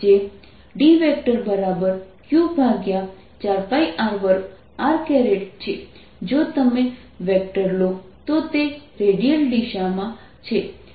4πr2Q આપે છે જે D Q4πr2 r છે જો તમે વેક્ટર લો તો તે રેડિયલ દિશામાં છે તે મારો D છે